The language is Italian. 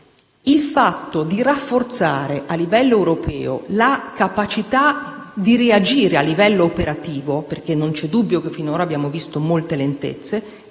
Il rafforzamento a livello europeo della capacità di reagire a livello operativo (perché non c'è dubbio che finora abbiamo visto molte lentezze)